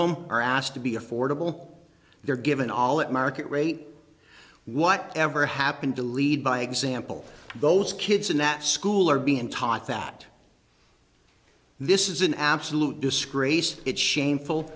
them are asked to be affordable they're given all at market rate what ever happened to lead by example those kids in that school are being taught that this is an absolute disgrace it's shameful